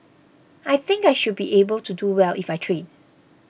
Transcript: I think I should be able to do well if I train